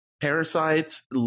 parasites